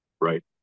Right